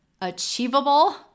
achievable